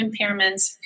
impairments